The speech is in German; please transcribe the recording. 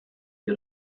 die